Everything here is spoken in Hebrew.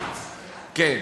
כן.